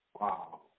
Wow